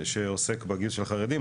שעוסק בגיוס של חרדים,